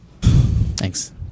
thanks